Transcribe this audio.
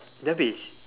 dah habis